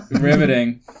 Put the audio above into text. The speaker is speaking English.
Riveting